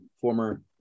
former